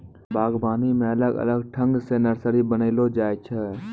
बागवानी मे अलग अलग ठंग से नर्सरी बनाइलो जाय छै